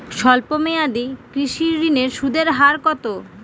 স্বল্প মেয়াদী কৃষি ঋণের সুদের হার কত?